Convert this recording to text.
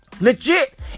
Legit